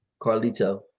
Carlito